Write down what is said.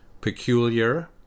Peculiar